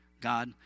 God